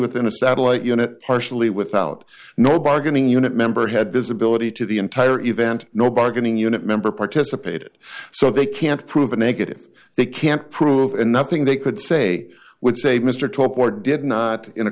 within a satellite unit partially without no bargaining unit member had visibility to the entire event no bargaining unit member participated so they can't prove a negative they can't prove and nothing they could say would save mr top or did not in a